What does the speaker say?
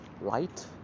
light